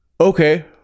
Okay